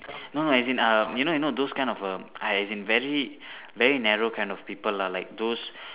no no as in um you know you know those kind of um as in very very narrow kind of people lah like those